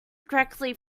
correctly